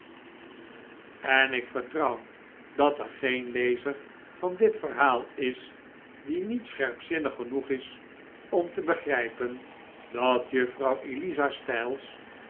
en ik vertrouw dat er geen lezer van dit verhaal is die niet scherpzinnig genoeg is om te begrijpen dat juffrouw eliza